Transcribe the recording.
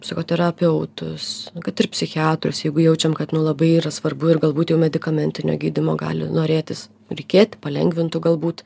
psichoterapeutus kad ir psichiatrus jeigu jaučiam kad nu labai yra svarbu ir galbūt jau medikamentinio gydymo gali norėtis reikėt palengvintų galbūt